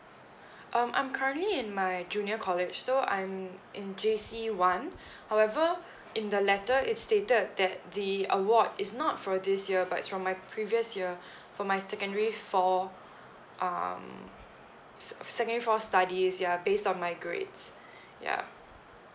um I'm currently in my junior college so I'm in J_C one however in the letter it's stated that the award is not for this year but it's from my previous year for my secondary four um se~ secondary four studies ya based on my grades ya